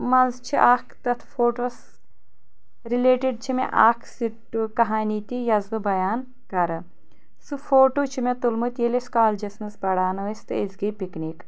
منٛز چھِ اَکھ تَتھ فوٹوٗوَس رِلیٹِڈ چھ مے اَکھ کَہانی تہِ یۄس بہٕ بیان کَرٕ سُہ فوٹوٗ چھُ مے تُلمُت ییٚلہِ أسۍ کالجَس منٛز پَران ٲسۍ تہٕ أسۍ گٔے پِکنِک